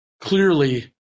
Clearly